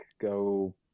go